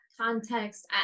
context